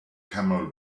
camel